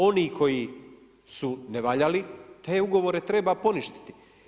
Oni koji su nevaljali, te ugovore treba poništiti.